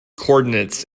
coordinates